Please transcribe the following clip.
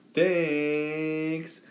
Thanks